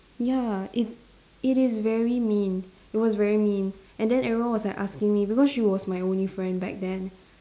ya it it is very mean it was very mean and then everyone was like asking me because she was my only friend back then